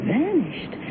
vanished